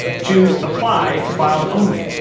choose apply to files only.